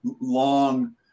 long